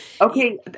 Okay